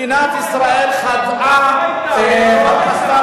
מדינת ישראל חטאה, הביתה.